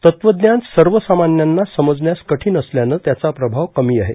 तत्त्वज्ञान सर्वसामान्यांना समजण्यास कठीण असल्यानं त्याचा प्रभाव कमी आहे